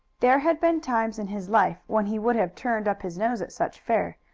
there had been times in his life when he would have turned up his nose at such fare,